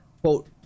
quote